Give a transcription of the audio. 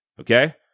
Okay